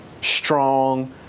strong